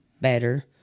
better